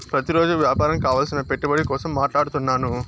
ప్రతిరోజు వ్యాపారం కావలసిన పెట్టుబడి కోసం మాట్లాడుతున్నాను